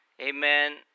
Amen